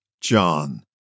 John